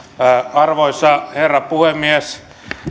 arvoisa herra puhemies